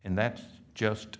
and that's just